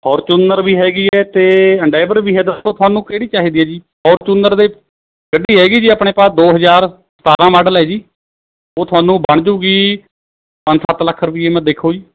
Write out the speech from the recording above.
Fortuner ਵੀ ਹੈਗੀ ਹੈ ਅਤੇ ਐਨਡੈਵਰ ਵੀ ਹੈ ਦੱਸੋ ਤੁਹਾਨੂੰ ਕਿਹੜੀ ਚਾਹੀਦੀ ਏ ਜੀ ਫਾਰਚੂਨਰ ਦੇ ਗੱਡੀ ਹੈਗੀ ਜੀ ਆਪਣੇ ਪਾ ਦੋ ਹਜ਼ਾਰ ਸਤਾਰ੍ਹਾਂ ਮਾਡਲ ਹੈ ਜੀ ਉਹ ਤੁਹਾਨੂੰ ਬਣ ਜੂਗੀ ਪੰਜ ਸੱਤ ਲੱਖ ਰੁਪਈਏ ਮ ਦੇਖੋ ਜੀ